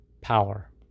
power